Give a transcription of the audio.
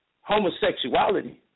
Homosexuality